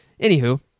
Anywho